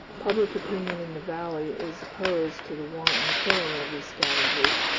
public opinion in the valley is opposed to the wanton killing of these scavengers,